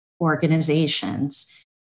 organizations